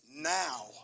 now